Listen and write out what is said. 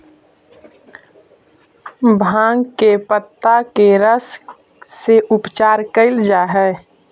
भाँग के पतत्ता के रस से उपचार कैल जा हइ